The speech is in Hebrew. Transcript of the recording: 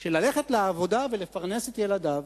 של ללכת לעבודה ולפרנס את ילדיו,